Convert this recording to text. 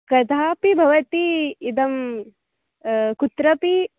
कदापि भवति इदं कुत्रापि